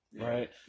right